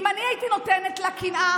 אם אני הייתי נותנת לקנאה,